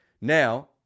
Now